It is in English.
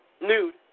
nude